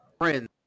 friends